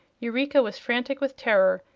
eureka was frantic with terror,